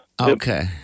Okay